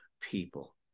people